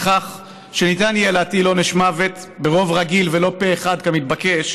לכך שניתן יהיה להטיל עונש מוות ברוב רגיל ולא פה אחד כמתבקש